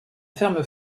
ferme